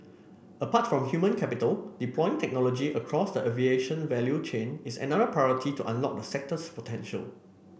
apart from human capital deploying technology across the aviation value chain is another priority to unlock the sector's potential